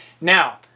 Now